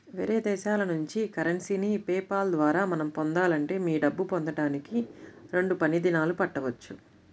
వేరే దేశాల నుంచి కరెన్సీని పే పాల్ ద్వారా మనం పొందాలంటే మీ డబ్బు పొందడానికి రెండు పని దినాలు పట్టవచ్చు